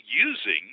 using